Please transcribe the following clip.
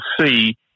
see